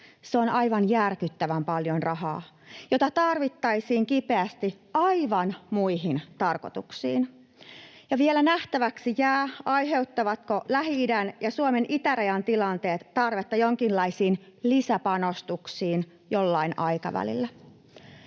Se on aivan järkyttävän paljon rahaa, jota tarvittaisiin kipeästi aivan muihin tarkoituksiin. Ja vielä nähtäväksi jää, aiheuttavatko Lähi-idän ja Suomen itärajan tilanteet tarvetta jonkinlaisiin lisäpanostuksiin jollain aikavälillä.